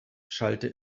schallte